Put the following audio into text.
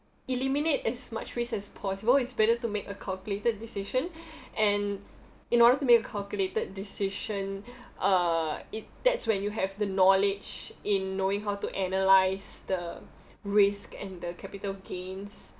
eliminate as much risk as possible it's better to make a calculated decision and in order to make a calculated decision uh it that's when you have the knowledge in knowing how to analyze the risk and the capital gains